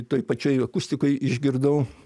toj pačioj akustikoj išgirdau